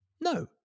No